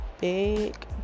big